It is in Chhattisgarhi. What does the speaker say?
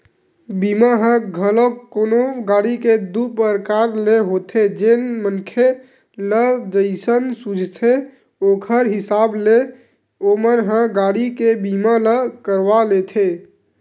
बीमा ह घलोक कोनो गाड़ी के दू परकार ले होथे जेन मनखे ल जइसन सूझथे ओखर हिसाब ले ओमन ह गाड़ी के बीमा ल करवा लेथे